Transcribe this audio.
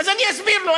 אז אני אסביר לו.